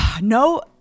No